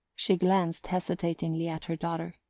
she glanced hesitatingly at her daughter.